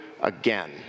again